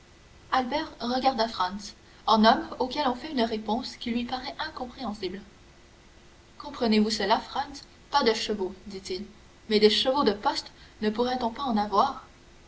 albert regarda franz en homme auquel on fait une réponse qui lui paraît incompréhensible comprenez-vous cela franz pas de chevaux dit-il mais des chevaux de poste ne pourrait-on pas en avoir